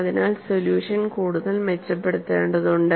അതിനാൽ സൊല്യൂഷൻ കൂടുതൽ മെച്ചപ്പെടുത്തേണ്ടതുണ്ട്